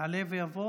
יעלה ויבוא